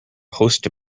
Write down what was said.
host